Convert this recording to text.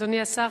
אדוני השר,